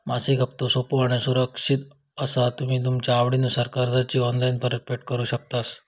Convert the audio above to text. मासिक हप्तो सोपो आणि सुरक्षित असा तुम्ही तुमच्या आवडीनुसार कर्जाची ऑनलाईन परतफेड करु शकतास